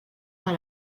par